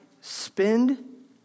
spend